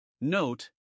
Note